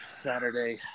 Saturday